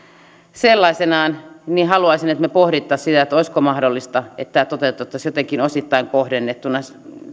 sellaisenaan haluaisin että me pohtisimme sitä olisiko mahdollista että tämä toteutettaisiin jotenkin osittain kohdennettuna